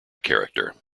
character